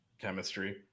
chemistry